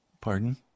Pardon